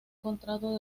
contrato